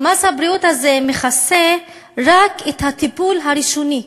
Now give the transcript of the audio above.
מס הבריאות הזה מכסה רק את הטיפול הראשוני,